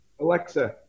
Alexa